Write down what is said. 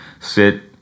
sit